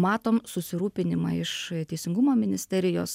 matom susirūpinimą iš teisingumo ministerijos